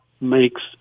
makes